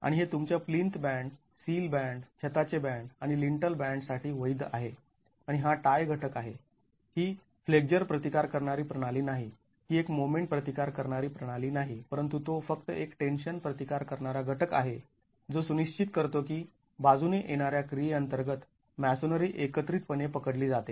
आणि हे तुमच्या प्लिंथ बॅन्ड सील बॅन्ड छताचे बॅन्ड आणि लिन्टल बॅन्ड साठी वैध आहे आणि हा टाय घटक आहे ही फ्लेक्जर प्रतिकार करणारी प्रणाली नाही ती एक मोमेन्ट प्रतिकार करणारी प्रणाली नाही परंतु तो फक्त एक टेन्शन प्रतिकार करणारा घटक आहे जो सुनिश्चित करतो की बाजूने येणाऱ्या क्रियेअंतर्गत मॅसोनरी एकत्रितपणे पकडली जाते